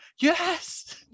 yes